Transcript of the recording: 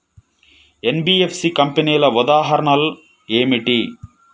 NBFC కంపెనీల ఉదాహరణ ఏమిటి?